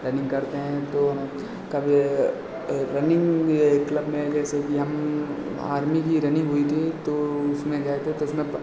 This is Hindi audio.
रनिंग करते हैं तो हम कभी रनिंग यह यह क्लब में जैसे कि हम आर्मी की रनिंग हुई थी तो उसमें गए थे तो उसमें